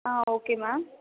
ah okay ma'am